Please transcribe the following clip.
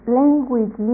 language